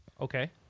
Okay